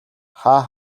хаа